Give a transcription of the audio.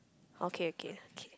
okay okay okay